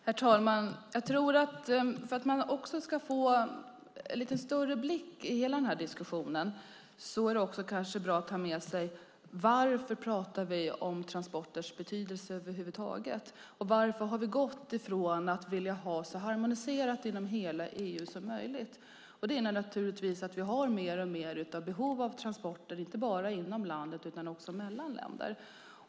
Herr talman! För att få en större utblick på hela diskussionen är det bra att ta med sig varför vi över huvud taget talar om transporters betydelse. Varför vill vi ha så harmoniserat inom hela EU som möjligt? Det beror naturligtvis på att vi har mer och mer behov av transporter inte bara inom landet utan också mellan länder.